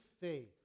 faith